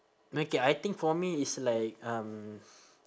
okay I think for me is like um